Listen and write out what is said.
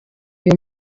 uyu